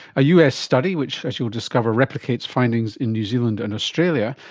a us study which, as you'll discover, replicates findings in new zealand and australia,